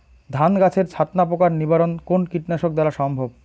ধান গাছের ছাতনা পোকার নিবারণ কোন কীটনাশক দ্বারা সম্ভব?